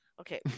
Okay